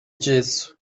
disso